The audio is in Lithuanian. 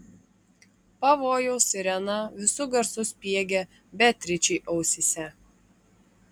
pavojaus sirena visu garsu spiegė beatričei ausyse